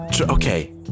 okay